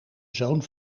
zoon